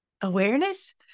awareness